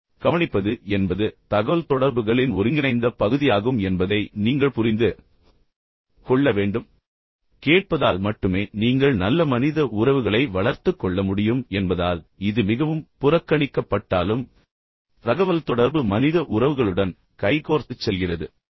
இப்போது கவனிப்பது என்பது தகவல்தொடர்புகளின் ஒருங்கிணைந்த பகுதியாகும் என்பதை நீங்கள் புரிந்து கொள்ள வேண்டும் என்று நான் விரும்புகிறேன் கேட்பதால் மட்டுமே நீங்கள் நல்ல மனித உறவுகளை வளர்த்துக் கொள்ள முடியும் என்பதால் இது மிகவும் புறக்கணிக்கப்பட்டாலும் தகவல்தொடர்பு மனித உறவுகளுடன் கைகோர்த்துச் செல்கிறது